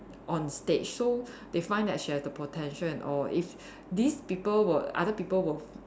on stage so they find that she has the potential and all if these people were other people were